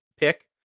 pick